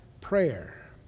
prayer